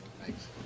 Thanks